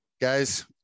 Guys